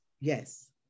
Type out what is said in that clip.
yes